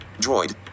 Droid